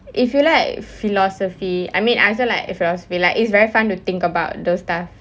if you like philosophy I mean I also like philosophy like it's very fun to think about those stuff